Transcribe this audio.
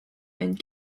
and